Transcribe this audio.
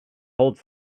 holds